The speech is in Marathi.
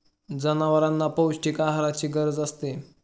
जनावरांना पौष्टिक आहाराची गरज असते